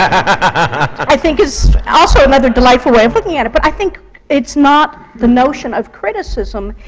i think is also another delightful way of looking at it. but i think it's not the notion of criticism,